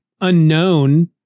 unknown